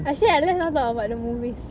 actually ah let's not talk about the movies